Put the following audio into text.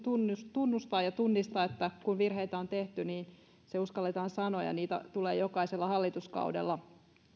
tunnustaa ja tunnistaa että kun virheitä on tehty niin se uskalletaan sanoa ja niitä tulee jokaisella hallituskaudella